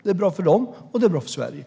Det är bra för dem, och det är bra för Sverige.